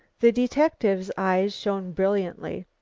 the detective's eyes shone brilliantly.